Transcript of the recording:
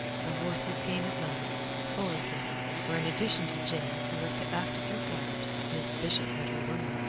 the horses came at last four of them, for in addition to james who was to act as her guide, miss bishop had her woman,